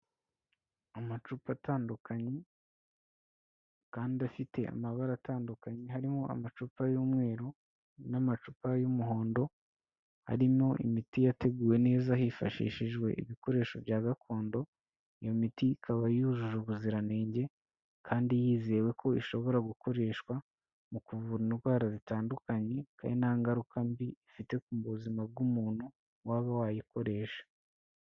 Amacupa atandukanye kandi afite amabara atandukanye, harimo amacupa y'umweru n'amacupa y'umuhondo arimo imiti yateguwe neza hifashishijwe ibikoresho bya gakondo, iyo miti ikaba yujuje ubuziranenge kandi yizewe ko ishobora gukoreshwa mu kuvura indwara zitandukanye kandi nta ngaruka mbi ifite ku buzima bw'umuntu waba wayikoresha.